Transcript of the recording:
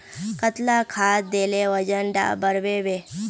कतला खाद देले वजन डा बढ़बे बे?